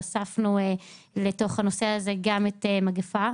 הוספנו לתוך הנושא הזה גם מגיפה.